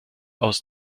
aus